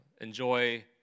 enjoy